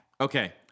Okay